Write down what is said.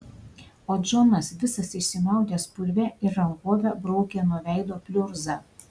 o džonas visas išsimaudęs purve ir rankove braukė nuo veido pliurzą